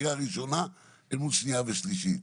קריאה ראשונה אל מול שנייה ושלישית.